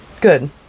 Good